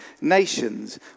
nations